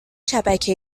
شبکه